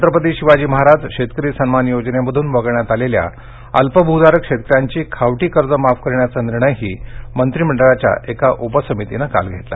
छत्रपती शिवाजी महाराज शेतकरी सन्मान योजनेमधून वगळण्यात आलेल्या अल्प भूधारक शेतकऱ्यांची खावटी कर्ज माफ करण्याचा निर्णयही मंत्रिमंडळाच्या एका उप समितीनं काल घेतला